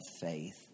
faith